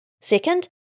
Second